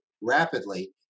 rapidly